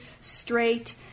straight